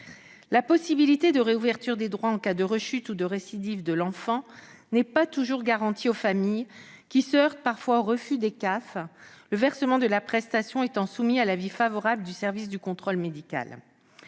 La possibilité de réouverture des droits en cas de rechute ou de récidive de l'enfant n'est pas toujours garantie aux familles, qui se heurtent parfois au refus des CAF, le versement de la prestation étant soumis à l'avis favorable du service du contrôle médical.